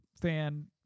fan